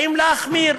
באים להחמיר.